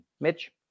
Mitch